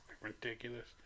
ridiculous